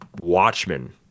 Watchmen